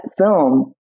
film